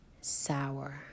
sour